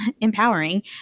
empowering